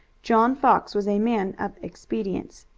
john fox was a man of expedients.